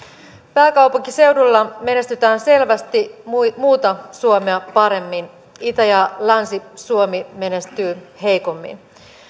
pääkaupunkiseudulla menestytään selvästi muuta muuta suomea paremmin itä ja länsi suomi menestyvät heikommin